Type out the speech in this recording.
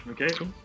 okay